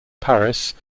paris